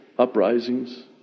uprisings